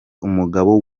umugabo